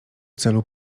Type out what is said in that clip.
celu